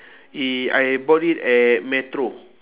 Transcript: i~ I bought it at metro